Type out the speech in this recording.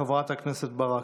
חברת הכנסת ברק.